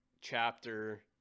chapter